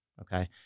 Okay